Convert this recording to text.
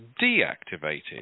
deactivated